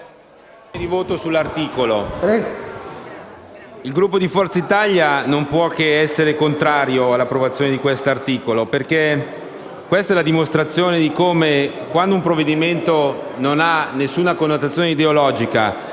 Il Gruppo Forza Italia non può che essere contrario all'approvazione di questo articolo, perché è la dimostrazione del fatto che pur quando un provvedimento non ha nessuna connotazione ideologica,